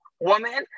woman